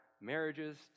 marriages